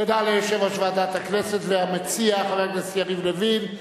תודה ליושב-ראש ועדת הכנסת והמציע חבר הכנסת יריב לוין.